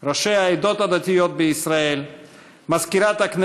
14 בפברואר 2017. אני מתכבד לפתוח את ישיבת הכנסת.